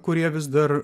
kurie vis dar